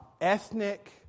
ethnic